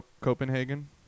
Copenhagen